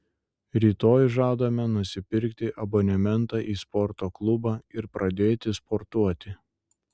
rytoj žadame nusipirkti abonementą į sporto klubą ir pradėti sportuoti